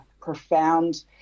profound